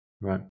Right